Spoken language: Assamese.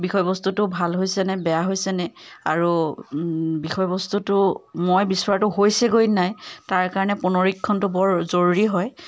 বিষয় বস্তুটো ভাল হৈছেনে বেয়া হৈছেনে আৰু বিষয় বস্তুটো মই বিচৰাটো হৈছে গৈ নাই তাৰকাৰণে পুনৰীক্ষণটো বৰ জৰুৰী হয়